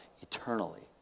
eternally